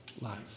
life